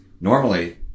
normally